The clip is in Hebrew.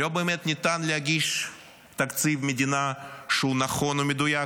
לא באמת ניתן להגיש תקציב מדינה שהוא נכון ומדויק.